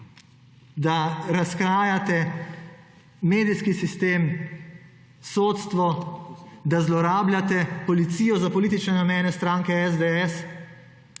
Da razkrajate medijski sistem, sodstvo, da zlorabljate policijo za politične namene stranke SDS.